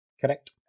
Correct